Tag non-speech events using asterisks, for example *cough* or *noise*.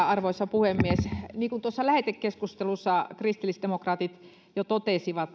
*unintelligible* arvoisa puhemies niin kuin tuossa lähetekeskustelussa kristillisdemokraatit jo totesivat